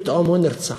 פתאום הוא נרצח.